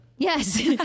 Yes